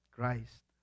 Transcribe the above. Christ